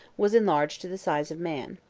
was enlarged to the size of man.